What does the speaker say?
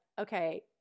okay